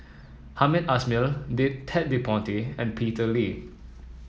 Hamed Ismail did Ted De Ponti and Peter Lee